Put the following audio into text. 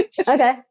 Okay